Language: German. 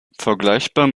vergleichbar